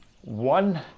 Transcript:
one